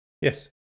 Yes